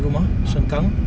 ah